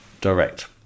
direct